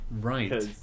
Right